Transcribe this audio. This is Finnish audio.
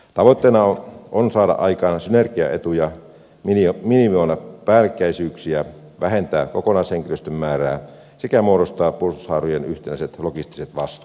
tavoitteena on saada aikaan synergiaetuja minimoida päällekkäisyyksiä vähentää kokonaishenkilöstön määrää sekä muodostaa puolustushaarojen yhtenäiset logistiset vastuut